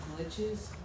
glitches